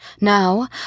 Now